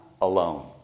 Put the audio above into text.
alone